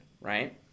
right